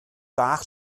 bach